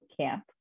camp